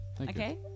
okay